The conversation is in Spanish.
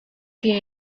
que